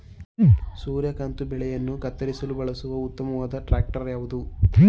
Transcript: ಸೂರ್ಯಕಾಂತಿ ಬೆಳೆಗಳನ್ನು ಕತ್ತರಿಸಲು ಬಳಸುವ ಉತ್ತಮವಾದ ಟ್ರಾಕ್ಟರ್ ಯಾವುದು?